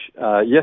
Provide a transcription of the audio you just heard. yes